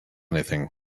anything